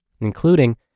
including